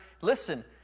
Listen